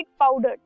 powder